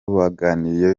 baganiriye